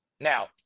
now